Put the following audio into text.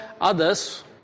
others